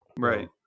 Right